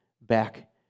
back